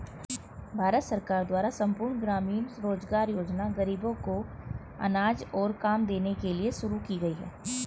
भारत सरकार द्वारा संपूर्ण ग्रामीण रोजगार योजना ग़रीबों को अनाज और काम देने के लिए शुरू की गई है